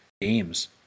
games